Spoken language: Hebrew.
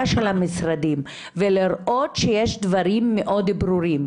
של המשרדים ולראות שיש דברים מאוד ברורים.